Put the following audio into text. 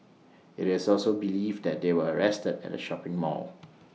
IT is also believed that they were arrested at A shopping mall